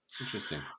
Interesting